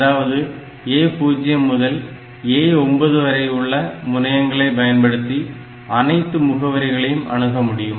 அதாவது A0 முதல் A9 வரையுள்ள முனையுங்களை பயன்படுத்தி அனைத்து முகவரிகளையும் அணுகமுடியும்